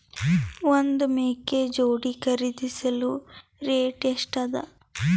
ಒಂದ್ ಮೇಕೆ ಜೋಡಿ ಖರಿದಿಸಲು ರೇಟ್ ಎಷ್ಟ ಅದ?